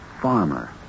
Farmer